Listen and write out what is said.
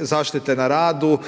zaštite na radu,